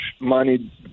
money